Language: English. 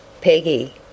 Peggy